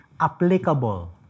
applicable